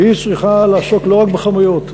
והיא צריכה לעסוק לא רק בכמויות,